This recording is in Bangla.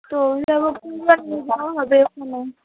তো যাইহোক হবে এখানে